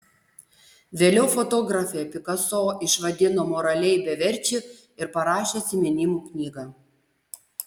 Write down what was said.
vėliau fotografė picasso išvadino moraliai beverčiu ir parašė atsiminimų knygą